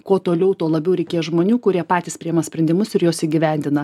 kuo toliau tuo labiau reikės žmonių kurie patys priima sprendimus ir juos įgyvendina